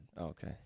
Okay